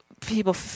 people